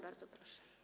Bardzo proszę.